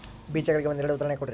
ಬೇಜಗಳಿಗೆ ಒಂದೆರಡು ಉದಾಹರಣೆ ಕೊಡ್ರಿ?